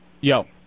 Yo